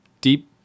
Deep